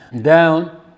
down